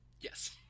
Yes